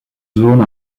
zone